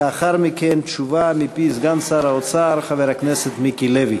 לאחר מכן תשובה מפי סגן שר האוצר חבר הכנסת מיקי לוי.